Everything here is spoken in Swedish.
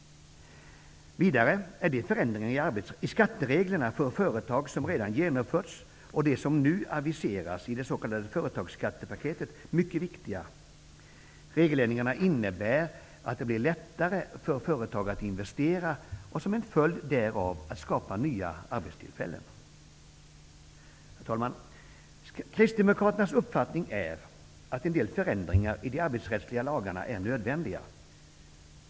Vidare är de för företagen redan genomförda förändringarna i skattereglerna, liksom de förändringar som nu aviseras i det s.k. företagsskattepaketet, mycket viktiga. Regeländringarna innebär att det blir lättare för företag att investera och som en följd därav att skapa nya arbetstillfällen. Herr talman! Kristdemokraternas uppfattning är att en del förändringar i de arbetsrättsliga lagarna är nödvändiga.